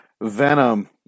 Venom